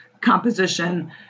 composition